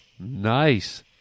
Nice